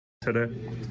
Today